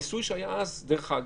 הניסוי שהיה אז, דרך אגב,